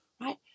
right